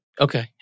Okay